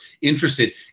interested